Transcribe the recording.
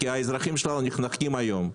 האזרחים שלנו נחנקים היום.